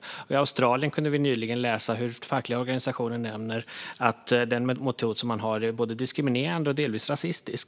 När det gäller Australien kunde vi nyligen läsa hur fackliga organisationer nämner att den metod som man har är både diskriminerande och delvis rasistisk.